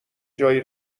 جایی